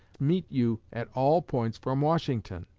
meet you at all points from washington.